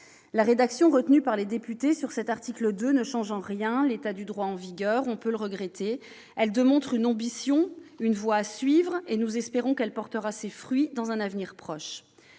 La rédaction retenue par les députés pour cet article 2 ne change en rien l'état du droit en vigueur ; on peut le regretter. Elle démontre une ambition, une voie à suivre. Nous espérons qu'elle portera ses fruits dans un avenir proche.